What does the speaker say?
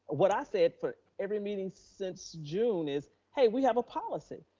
what i said for every meeting since june is, hey, we have a policy,